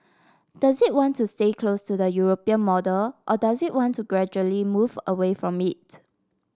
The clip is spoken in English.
does it want to stay close to the European model or does it want to gradually move away from it